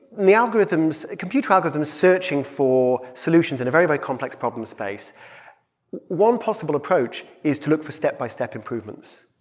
and the algorithms computer algorithms searching for solutions in a very, very complex problem space one possible approach is to look for step-by-step improvements.